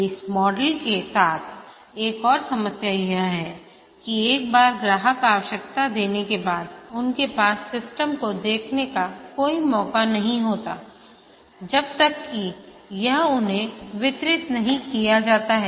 इस मॉडल के साथ एक और समस्या यह है कि एक बार ग्राहक आवश्यकता देने के बाद उनके पास सिस्टम को देखने का कोई मौका नहीं होता है जब तक कि यह उन्हें वितरित नहीं किया जाता है